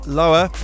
lower